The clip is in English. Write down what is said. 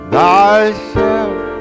Thyself